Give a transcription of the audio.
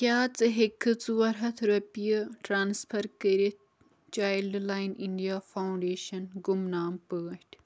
کیٛاہ ژٕ ہٮ۪کٕکھٕ ژور ہتھ رۄپیہِ ٹرانسفر کٔرِتھ چایِلڈ لایِن اِنٛڈیا فاوُنٛڈیشنَس گمنام پٲٹھۍ